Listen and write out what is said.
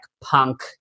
punk